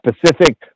Pacific